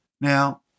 Now